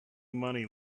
money